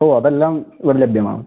ഓ അതെല്ലാം ഇവിടെ ലഭ്യമാണ്